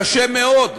קשה מאוד,